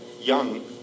young